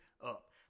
up